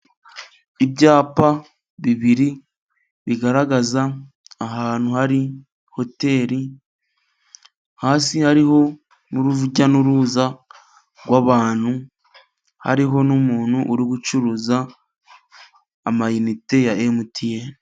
Ibyapa bibiri bigaragaza ahantu hari hoteli. Hasi hariho urujya n'uruza rw'abantu hariho n'umuntu uri gucuruza amayinite ya MTN.